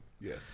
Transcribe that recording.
Yes